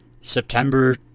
September